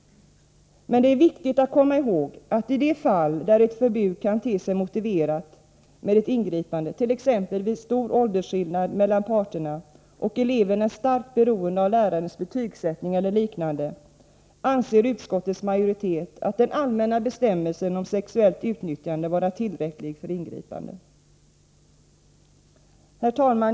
Men det är viktigt att komma ihåg att i de fall där det kan te sig motiverat med ett ingripande, t.ex. vid stor åldersskillnad mellan parterna och där eleven är starkt beroende av lärarens betygsättning eller liknande, anser utskottets majoritet den allmänna bestämmelsen om sexuellt utnyttjande vara tillräcklig för ingripande. Herr talman!